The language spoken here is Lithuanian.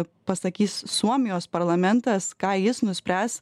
pasakys suomijos parlamentas ką jis nuspręs